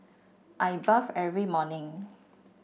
I bathe every morning